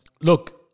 look